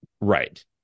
Right